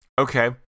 Okay